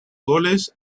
goles